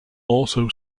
also